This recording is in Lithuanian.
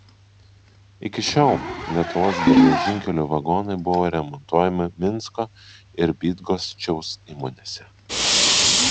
iki šiol lietuvos geležinkelių vagonai buvo remontuojami minsko ir bydgoščiaus įmonėse